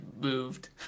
moved